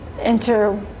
enter